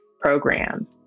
program